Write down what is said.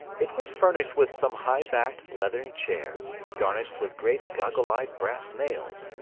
it was furnished with some high-backed leathern chairs, garnished with great goggle-eyed brass nails,